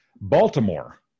Baltimore